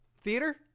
theater